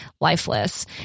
lifeless